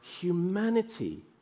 humanity